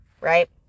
Right